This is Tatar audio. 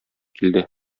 килде